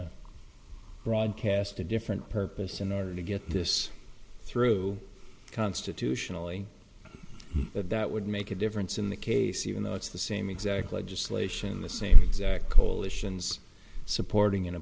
and broadcast a different purpose in order to get this through constitutionally that would make a difference in the case even though it's the same exact legislation the same coalitions supporting